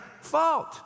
fault